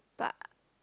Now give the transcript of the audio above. but